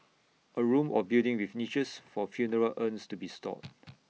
A room or building with niches for funeral urns to be stored